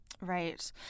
Right